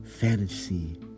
fantasy